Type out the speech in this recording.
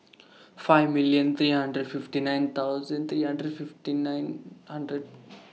five million three hundred fifty nine thousand three hundred fifty nine hundred